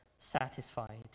satisfied